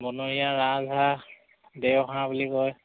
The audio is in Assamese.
বনৰীয়া ৰাজহাঁহ দেওহাঁহ বুলি কয়